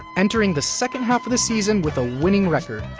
entering the second-half of the season with a winning record,